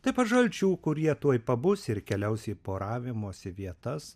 taip pat žalčių kurie tuoj pabus ir keliausi į poravimosi vietas